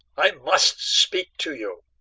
i must speak to you.